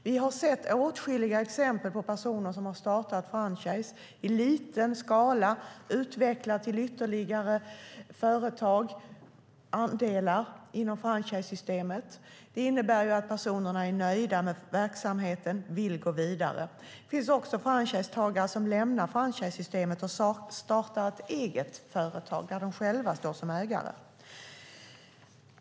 Vi har sett åtskilliga exempel på personer som har startat franchise i liten skala och utvecklat det till ytterligare företag, andelar, inom franchisesystemet. Det innebär att personerna är nöjda med verksamheten och vill gå vidare. Det finns också franchisetagare som lämnar franchisesystemet och startar ett eget företag där de själva står som ägare.